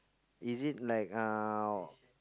is it like ah